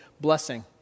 blessing